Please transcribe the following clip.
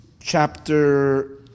chapter